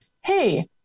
Hey